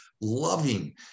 loving